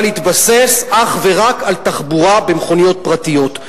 להתבסס אך ורק על תחבורה במכוניות פרטיות.